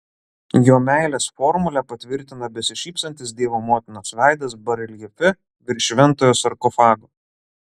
jo meilės formulę patvirtina besišypsantis dievo motinos veidas bareljefe virš šventojo sarkofago